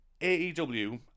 AEW